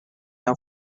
now